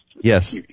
Yes